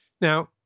Now